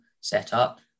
setup